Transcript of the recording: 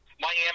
Miami